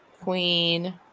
Queen